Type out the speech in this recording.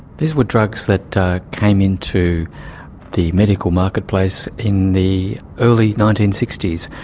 these were drugs that came into the medical marketplace in the early nineteen sixty s.